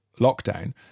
lockdown